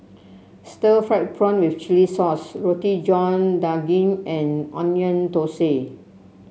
Stir Fried Prawn with Chili Sauce Roti John Daging and Onion Thosai